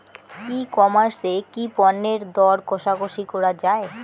ই commerce এ কি পণ্যের দর কশাকশি করা য়ায়?